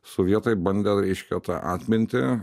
sovietai bandė reiškia tą atmintį